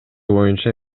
боюнча